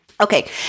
Okay